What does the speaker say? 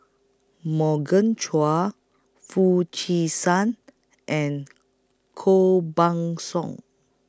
Morgan Chua Foo Chee San and Koh Buck Song